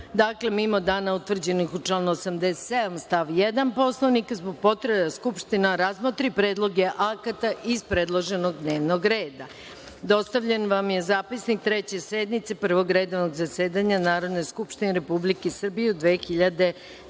dakle, mimo dana utvrđenih u članu 87. stav 1. Poslovnika, zbog potrebe da Narodna skupština razmotri predloge akata iz predloženog dnevnog reda. Dostavljen vam je zapisnik Treće sednice Prvog redovnog zasedanja Narodne skupštine Republike Srbije u 2017.